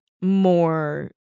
more